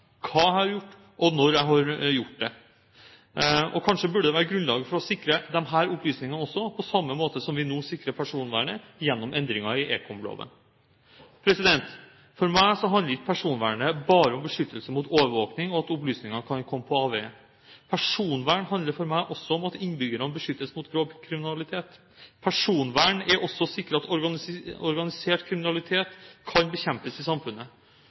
hva jeg har gjort, og når jeg gjorde det. Kanskje burde det være grunnlag for å sikre disse opplysningene på samme måte som vi nå sikrer personvernet gjennom endringer i ekomloven. For meg handler ikke personvern bare om beskyttelse mot overvåking og at opplysningene kan komme på avveie. Personvern handler for meg også om at innbyggerne beskyttes mot grov kriminalitet. Personvern er også å sikre at organisert kriminalitet kan bekjempes i samfunnet.